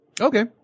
Okay